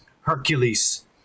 Hercules